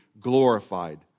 glorified